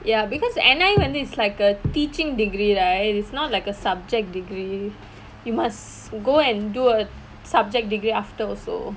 ya because N_I_E வந்து:vanthu is like a teaching degree right it's not like a subject degree you must go and do a subject degree after also